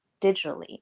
digitally